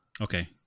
Okay